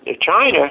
China